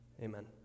amen